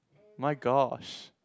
my gosh